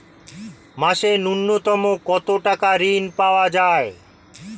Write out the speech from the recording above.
মাসে নূন্যতম কত টাকা ঋণ পাওয়া য়ায়?